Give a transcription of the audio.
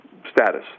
status